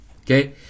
Okay